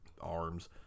Arms –